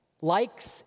likes